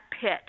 pit